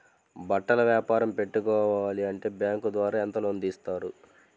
బట్టలు వ్యాపారం పెట్టుకోవాలి అంటే బ్యాంకు ద్వారా ఎంత లోన్ ఇస్తారు?